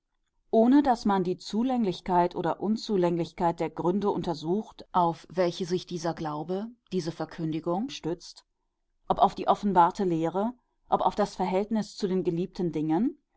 ohne daß man die zulänglichkeit oder unzulänglichkeit der gründe untersucht auf welche sich dieser glaube diese verkündigung stützt ob auf die offenbarte lehre ob auf das verhältnis zu den geliebten dingen